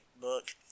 book